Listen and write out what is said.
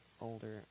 Older